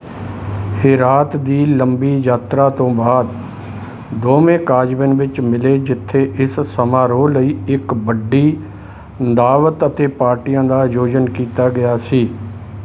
ਹੇਰਾਤ ਦੀ ਲੰਬੀ ਯਾਤਰਾ ਤੋਂ ਬਾਅਦ ਦੋਵੇਂ ਕਾਜਵਿਨ ਵਿੱਚ ਮਿਲੇ ਜਿੱਥੇ ਇਸ ਸਮਾਰੋਹ ਲਈ ਇੱਕ ਵੱਡੀ ਦਾਅਵਤ ਅਤੇ ਪਾਰਟੀਆਂ ਦਾ ਆਯੋਜਨ ਕੀਤਾ ਗਿਆ ਸੀ